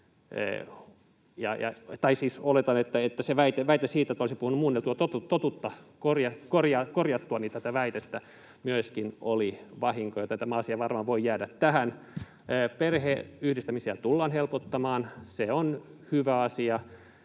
oletan, että väite siitä, että olisin puhunut muunneltua totuutta korjattuani tätä väitettä, myöskin oli vahinko, ja tämä asia varmaan voi jäädä tähän. Perheenyhdistämistä tullaan helpottamaan, se on hyvä asia,